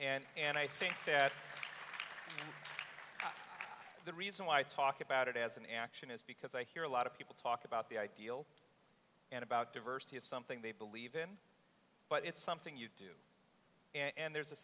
and and i think that the reason why i talk about it as an action is because i hear a lot of people talk about the ideal and about diversity is something they believe in but it's something you do and there's a